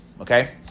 okay